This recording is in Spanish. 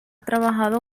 trabajado